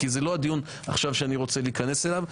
כי זה לא עכשיו הדיון שאני רוצה להיכנס אליו.